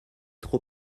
trop